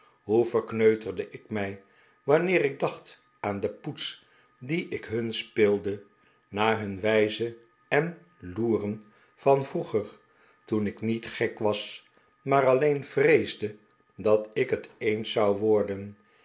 hoe verkneuterde ik mij wanneer ik dacht aan de poets die ik hun speelde na bun wijzen en loeren van vroeger toen ik niet gek was maar alleen vreesde dat ik het eens zou worden